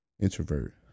introvert